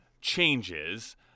Changes